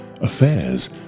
Affairs